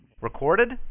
recorded